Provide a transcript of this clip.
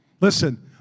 Listen